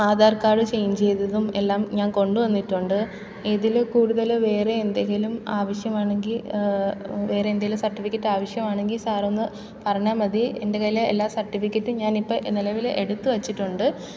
Aadhaar card change ചെയ്തതും എല്ലാം ഞാൻ കൊണ്ടുവന്നിട്ടുണ്ട് ഇതിൽ കൂടുതൽ വേറെ എന്തെങ്കിലും ആവശ്യമാണെങ്കിൽ വേറെ എന്തെങ്കിലും സർട്ടിഫിക്കറ്റ് ആവശ്യമാണെങ്കിൽ സാർ ഒന്ന് പറഞ്ഞാൽ മതി എന്റെ കയ്യിൽ എല്ലാ സർട്ടിഫിക്കറ്റും ഞാനിപ്പോൾ നിലവിൽ എടുത്ത് വെച്ചിട്ടുണ്ട്